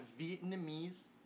Vietnamese